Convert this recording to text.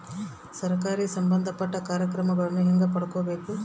ಸರಕಾರಿ ಸಂಬಂಧಪಟ್ಟ ಕಾರ್ಯಕ್ರಮಗಳನ್ನು ಹೆಂಗ ಪಡ್ಕೊಬೇಕು?